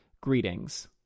greetings